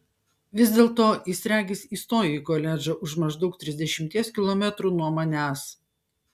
vis dėlto jis regis įstojo į koledžą už maždaug trisdešimties kilometrų nuo manęs